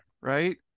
right